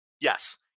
Yes